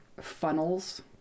funnels